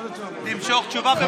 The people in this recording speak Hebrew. חבר הכנסת קיש מבקש להשיב.